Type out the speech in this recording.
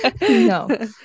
No